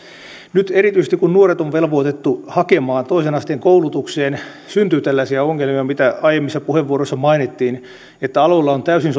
nyt erityisesti kun nuoret on velvoitettu hakemaan toisen asteen koulutukseen syntyy tällaisia ongelmia mitä aiemmissa puheenvuoroissa mainittiin että aloilla on niille täysin